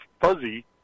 fuzzy